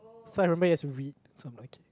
so I remember you have to read